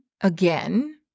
again